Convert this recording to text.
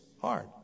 hard